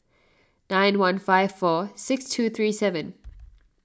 nine one five four six two three seven